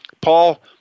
Paul